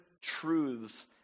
truths